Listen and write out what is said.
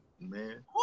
Man